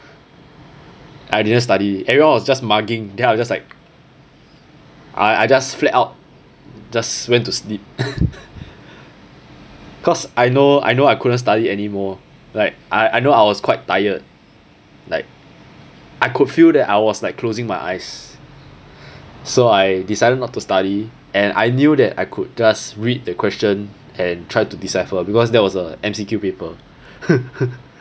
I didn't study everyone was just mugging then I'll just like I I just flat out just went to sleep cause I know I know I couldn't study anymore like I I know I was quite tired like I could feel that I was like closing my eyes so I decided not to study and I knew that I could just read the question and try to decipher because that was a M_C_Q paper